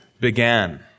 began